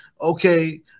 Okay